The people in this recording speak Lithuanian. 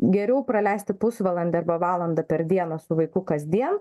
geriau praleisti pusvalandį arba valandą per dieną su vaiku kasdien